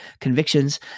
convictions